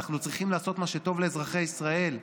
אנחנו צריכים לעשות מה שטוב לאזרחי ישראל.